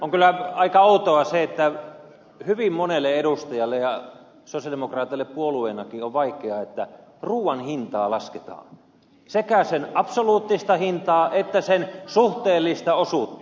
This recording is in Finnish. on kyllä aika outoa se että hyvin monelle edustajalle ja sosialidemokraateille puolueenakin on vaikeaa että ruuan hintaa lasketaan sekä sen absoluuttista hintaa että sen suhteellista osuutta